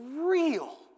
real